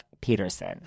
peterson